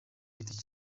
giti